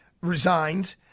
resigned